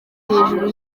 hejuru